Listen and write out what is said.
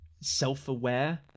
self-aware